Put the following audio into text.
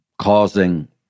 causing